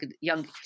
Young